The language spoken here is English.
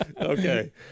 Okay